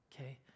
okay